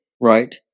Right